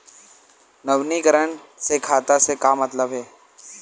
नवीनीकरण से खाता से का मतलब हे?